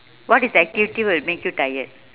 what is the activity will make you tired